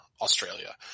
australia